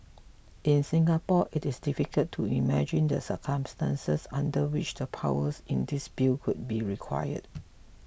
in Singapore it is difficult to imagine the circumstances under which the powers in this Bill could be required